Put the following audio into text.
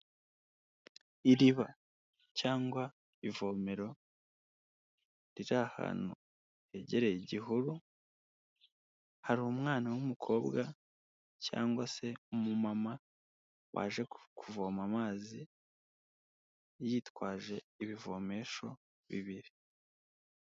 Iriba cyangwa ivomero, riri ahantu hegereye igihuru, hari umwana w'umukobwa cyangwa se umumama waje kuvoma amazi yitwaje ibivomesho bibiri.